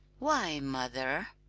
why, mother!